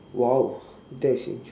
!wow! that is interesting